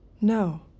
No